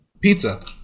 Pizza